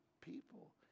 people